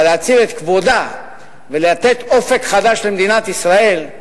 אבל להציל את כבודה ולתת אופק חדש למדינת ישראל.